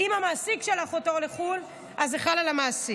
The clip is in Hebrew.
אם המעסיק שלח אותו לחו"ל, אז זה חל על המעסיק.